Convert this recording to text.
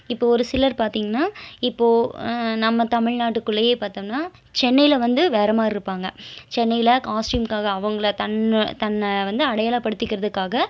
இப்போது ஒரு சிலர் பார்த்திங்கன்னா இப்போது நம்ம தமிழ்நாட்டுக்குள்ளயே பார்த்தோம்னா சென்னையில் வந்து வேற மாதிரி இருப்பாங்கள் சென்னையில் காஸ்டியூமுக்காக அவங்கள தன்னை தன்னை வந்து அடையாளப்படுத்திக்கிறதுக்காக